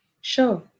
Sure